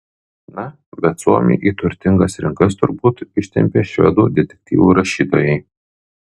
na bet suomį į turtingas rinkas turbūt ištempė švedų detektyvų rašytojai